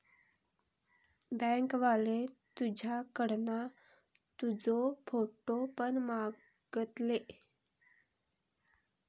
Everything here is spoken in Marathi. बँक वाले तुझ्याकडना तुजो फोटो पण मागतले